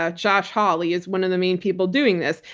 ah josh hawley, is one of the main people doing this.